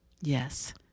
Yes